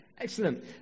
Excellent